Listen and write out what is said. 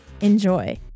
Enjoy